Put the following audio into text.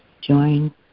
join